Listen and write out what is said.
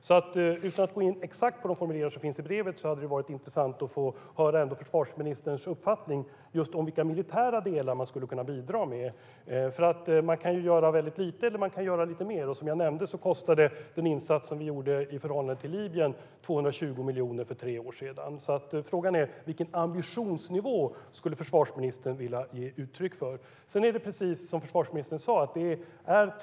Utan att försvarsministern hade behövt gå in exakt på de formuleringar som finns i brevet hade det varit intressant att få höra försvarsministerns uppfattning om vilka militära delar man skulle kunna bidra med. Man kan antingen göra väldigt lite eller lite mer. Som jag nämnde kostade den insats vi gjorde i Libyen 220 miljoner för tre år sedan. Frågan är vilken ambitionsnivå försvarsministern skulle vilja ge uttryck för. Sedan handlar detta, precis som försvarsministern sa, om två olika saker.